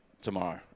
tomorrow